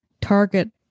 target